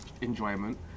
enjoyment